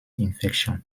infection